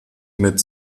mit